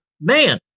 Man